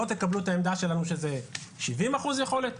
לא תקבלו את העמדה שלנו שזה 70% יכולת,